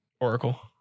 Oracle